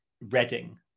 reading